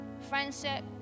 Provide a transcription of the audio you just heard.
friendship